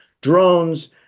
drones